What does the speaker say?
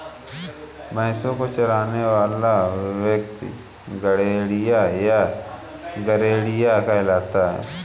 भेंड़ों को चराने वाला व्यक्ति गड़ेड़िया या गरेड़िया कहलाता है